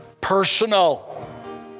personal